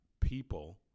people